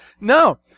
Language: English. No